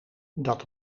dat